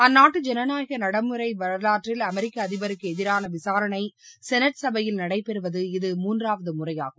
அந்நாட்டு ஜனநாயக நடைமுறை வரலாற்றில் அமெரிக்க அதிபருக்கு எதிரான விசாரணை செனட் சபையில் நடைபெறுவது இது மூன்றாவது முறையாகும்